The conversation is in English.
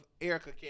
Erica